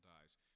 dies